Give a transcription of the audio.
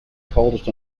coldest